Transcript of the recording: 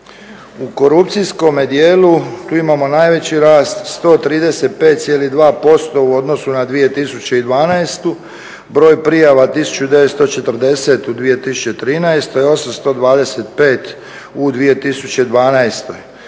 u korupcijskome dijelu tu imamo najveći rast 135,2% u odnosu na 2012. Broj prijava 1940 u 2013. 825 u 2012.